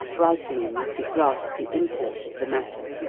brightening as he grasped the import of the matter.